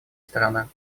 сторона